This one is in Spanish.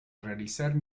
realizar